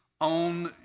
on